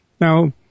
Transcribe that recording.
Now